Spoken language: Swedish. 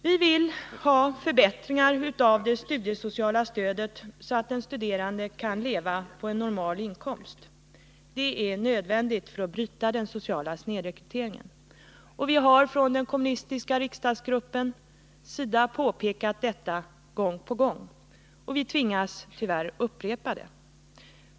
Vi vill verka för förbättringar av det studiesociala stödet, så att den studerande kan klara sig på en normal inkomst. Det är nödvändigt om man vill bryta den sociala snedrekryteringen. Vi har från den kommunistiska riksdagsgruppens sida gång på gång påpekat detta — tyvärr tvingas vi upprepa det.